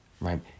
right